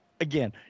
again